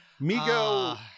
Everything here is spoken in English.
Migo